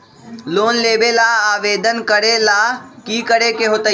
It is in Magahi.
लोन लेबे ला आवेदन करे ला कि करे के होतइ?